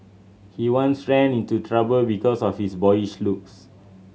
he once ran into trouble because of his boyish looks